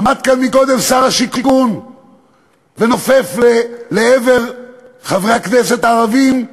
עמד כאן קודם לכן שר השיכון ונופף לעבר חברי הכנסת הערבים.